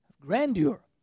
grandeur